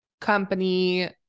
company